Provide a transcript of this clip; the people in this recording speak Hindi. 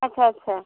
अच्छा अच्छा